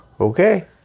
Okay